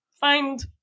Find